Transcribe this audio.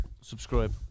Subscribe